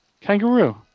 Kangaroo